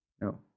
No